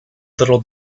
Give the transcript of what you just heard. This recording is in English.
little